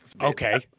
okay